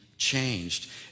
changed